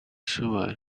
sewer